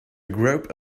group